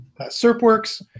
Serpworks